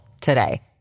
today